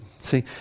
See